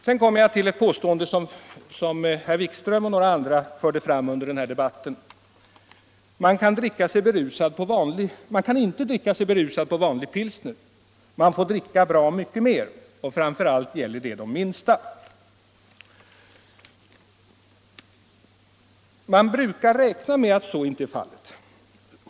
Jag kommer så till ett påstående som herr Wikström och några andra framförde under debatten: Man kan inte dricka sig berusad på vanlig pilsner, därför att man får dricka bra mycket mer av det för att bli berusad. Framför allt gäller detta de minsta. — Ja, man brukar räkna med att så är fallet.